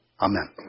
Amen